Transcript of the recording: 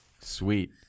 Sweet